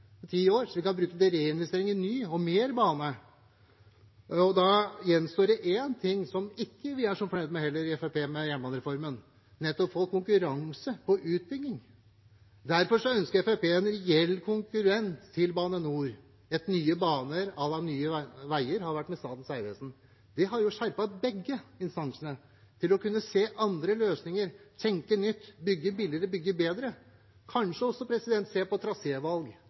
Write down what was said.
år som vi kan bruke til reinvestering i ny og mer bane. Da gjenstår det én ting som vi ikke er så fornøyd med i Fremskrittspartiet når det gjelder jernbanereformen: konkurransen på utbyggingen. Fremskrittspartiet ønsker en reell konkurrent til Bane NOR, et «Nye Baner», à la det Nye Veier har vært for Statens vegvesen. Det har skjerpet begge instansene til å kunne se andre løsninger, tenke nytt, bygge billigere, bygge bedre, og kanskje også se på